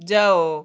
ଯାଅ